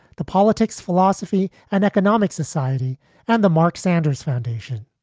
the politics, philosophy and economics society and the marc sanders foundation.